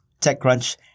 TechCrunch